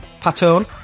Patton